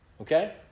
okay